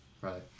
Right